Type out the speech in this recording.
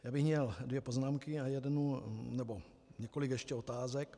Já bych měl dvě poznámky a jednu nebo několik ještě otázek.